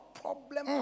problem